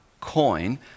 coin